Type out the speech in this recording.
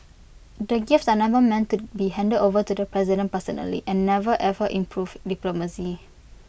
the gifts are never meant to be handed over to the president personally and never ever improved diplomacy